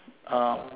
err